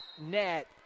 net